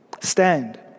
Stand